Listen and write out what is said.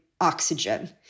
oxygen